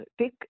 take